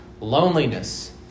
loneliness